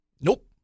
Nope